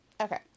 Okay